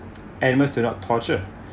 animals do not torture